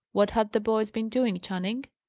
what had the boys been doing, channing?